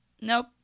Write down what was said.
Nope